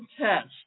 test